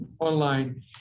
online